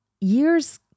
years